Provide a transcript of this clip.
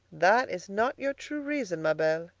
that is not your true reason, ma belle.